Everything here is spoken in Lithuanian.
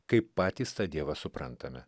kaip patys tą dievą suprantame